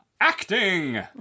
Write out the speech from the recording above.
Acting